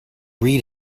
read